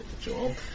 job